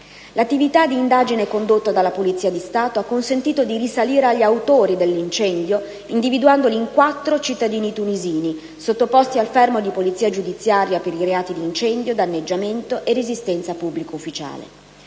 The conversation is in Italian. L'attività di indagine condotta dalla Polizia di Stato ha consentito di risalire agli autori dell'incendio, individuandoli in quattro cittadini tunisini, sottoposti al fermo di polizia giudiziaria per i reati di incendio, danneggiamento e resistenza a pubblico ufficiale.